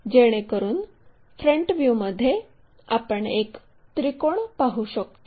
जेणेकरून फ्रंट व्ह्यूमध्ये आपण एक त्रिकोण पाहू शकतो